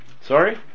sorry